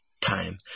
time